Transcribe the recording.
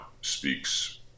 speaks